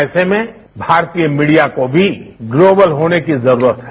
ऐसे में भारतीय मीडिया को भी ग्लोबल होने की जरूरत है